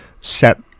set